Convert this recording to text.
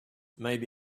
maybe